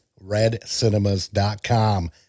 RedCinemas.com